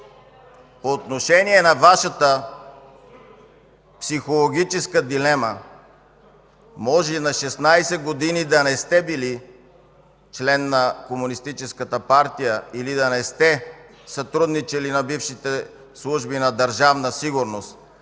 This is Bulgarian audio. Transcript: По отношение на Вашата психологическа дилема – може и на 16 години да не сте били член на Комунистическата партия или да не сте сътрудничели на бившите служби на Държавна сигурност,